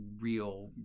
Real